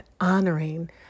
honoring